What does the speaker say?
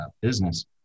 business